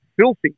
filthy